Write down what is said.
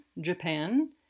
Japan